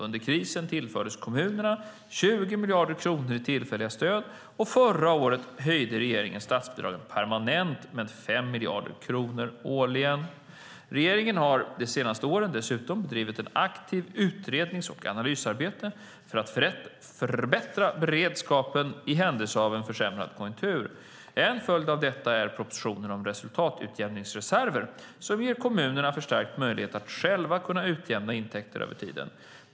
Under krisen tillfördes kommunerna 20 miljarder kronor i tillfälliga stöd, och förra året höjde regeringen statsbidragen permanent med 5 miljarder kronor årligen. Regeringen har de senaste åren dessutom bedrivit ett aktivt utrednings och analysarbete för att förbättra beredskapen i händelse av en försämrad konjunktur. En följd av detta är propositionen om resultatutjämningsreserver som ger kommunerna förstärkt möjlighet att själva kunna utjämna intäkter över tid.